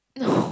no